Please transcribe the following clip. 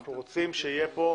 אנחנו רוצים שיהיה כאן